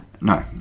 No